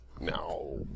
No